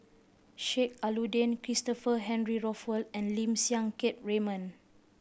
Sheik Alau'ddin Christopher Henry Rothwell and Lim Siang Keat Raymond